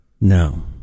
No